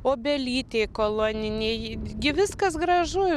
obelytė kolonininieji gi viskas gražu